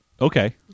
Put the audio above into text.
Okay